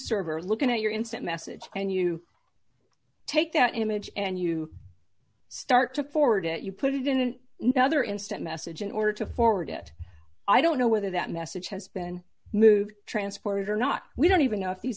server looking at your instant message can you take that image and you start to forward it you put it in no other instant message in order to forward it i don't know whether that message has been moved transported or not we don't even know if these